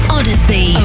Odyssey